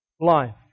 life